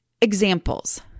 Examples